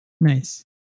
Nice